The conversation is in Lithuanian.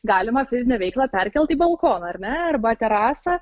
galima fizinę veiklą perkelt į balkoną ar ne arba terasą